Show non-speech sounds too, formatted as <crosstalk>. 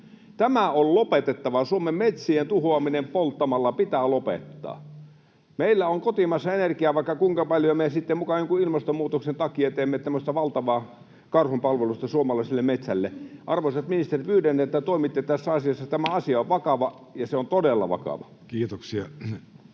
Tämä on lopetettava. Suomen metsien tuhoaminen polttamalla pitää lopettaa. Meillä on kotimaista energiaa vaikka kuinka paljon, ja me sitten muka jonkun ilmastonmuutoksen takia teemme tämmöistä valtavaa karhunpalvelusta suomalaiselle metsälle. Arvoisat ministerit, pyydän, että toimitte tässä asiassa. <noise> Tämä asia on vakava, ja se on todella vakava. Kiitoksia.